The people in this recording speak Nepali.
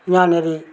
यहाँनेरि